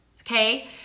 okay